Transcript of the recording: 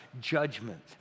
Judgment